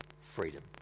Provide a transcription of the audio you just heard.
freedom